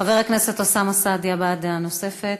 חבר הכנסת אוסאמה סעדי, הבעת דעה נוספת.